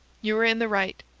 you are in the right.